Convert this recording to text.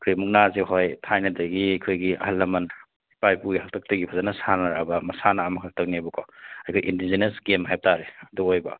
ꯑꯩꯈꯣꯏ ꯃꯨꯛꯅꯥꯁꯦ ꯍꯣꯏ ꯊꯥꯏꯅꯗꯒꯤ ꯑꯩꯈꯣꯏ ꯑꯍꯜ ꯂꯃꯟ ꯏꯄꯥ ꯏꯄꯨꯒꯤ ꯍꯥꯛꯇꯛꯇꯒꯤ ꯐꯖꯅ ꯁꯥꯟꯅꯔꯛꯂꯕ ꯃꯁꯥꯟꯅ ꯑꯃꯈꯛꯇꯪꯅꯦꯕꯀꯣ ꯑꯩꯈꯣꯏ ꯏꯟꯗꯤꯖꯤꯅꯁ ꯒꯦꯝ ꯍꯥꯏꯕꯇꯥꯔꯦ ꯑꯗꯨ ꯑꯣꯏꯕ